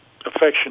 affection